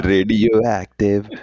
Radioactive